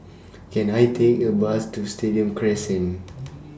Can I Take A Bus to Stadium Crescent